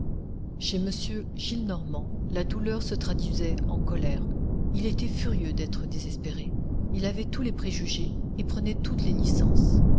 chez m gillenormand la douleur se traduisait en colère il était furieux d'être désespéré il avait tous les préjugés et prenait toutes les licences